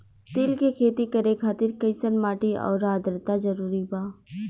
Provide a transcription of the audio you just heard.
तिल के खेती करे खातिर कइसन माटी आउर आद्रता जरूरी बा?